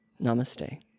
Namaste